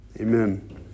Amen